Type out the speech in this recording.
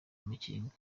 amakenga